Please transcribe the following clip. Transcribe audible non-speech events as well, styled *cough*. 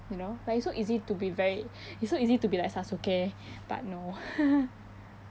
you know like it's so easy to be very it's so easy to be like sasuke but no *laughs*